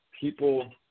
People